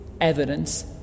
evidence